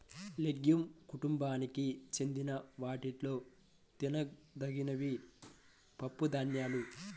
legume కుటుంబానికి చెందిన వాటిలో తినదగినవి పప్పుధాన్యాలు